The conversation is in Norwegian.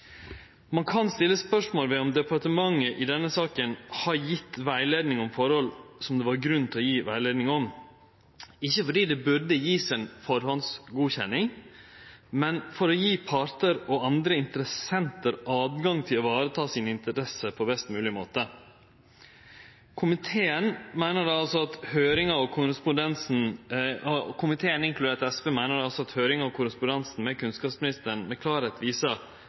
Ein kan stille spørsmål ved om departementet i denne saka har gjeve rettleiing om forhold det var grunn til å gje rettleiing om – ikkje fordi ein burde gje ei førehandsgodkjenning, men for å gje partar og andre interessentar tilgang til å vareta sine interesser på best mogleg måte. Komiteen, inkludert SV, meiner at høyringa og korrespondansen med kunnskapsministeren klart viser at det aldri vart sett i verk ei særskilt oppfølging av